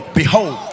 behold